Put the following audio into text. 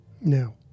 No